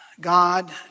God